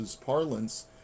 parlance